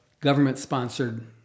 government-sponsored